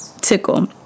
tickle